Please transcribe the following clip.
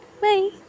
Bye